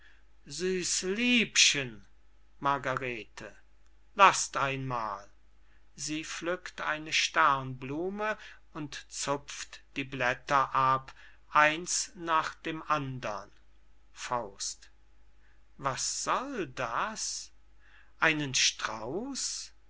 süß liebchen margarete laßt einmal sie pflückt eine sternblume und zupft die blätter ab eins nach dem andern was soll das einen strauß